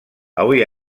avui